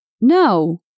No